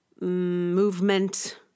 movement